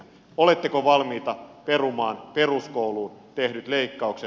oletteko valmis perumaan peruskouluun tehdyt leikkaukset